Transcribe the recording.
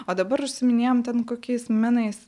o dabar užsiiminėjame ten kokiais menais